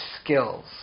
skills